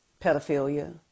pedophilia